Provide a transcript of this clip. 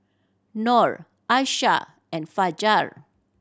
Nor Aisyah and Fajar